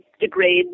degrade